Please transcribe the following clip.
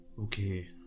Okay